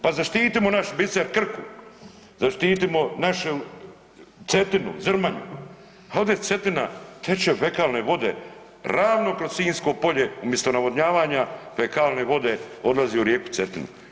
Pa zaštitimo naš biser Krku, zaštitimo našu Cetinu, Zrmanju, a ovdje Cetina teče fekalne vode ravno kroz Sinjsko polje umjesto navodnjavanja fekalne vode odlaze u rijeku Cetinu.